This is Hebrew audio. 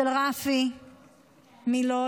של רפי מלוד,